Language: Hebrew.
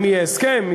אם יהיה הסכם,